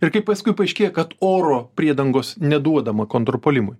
ir kaip paskui paaiškėja kad oro priedangos neduodama kontrpuolimui